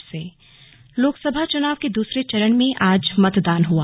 लोकसभा चुनाव लोकसभा चुनाव के दूसरे चरण में आज मतदान हुआ